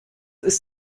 ist